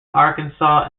arkansas